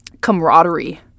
camaraderie